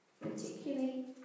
particularly